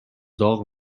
داغ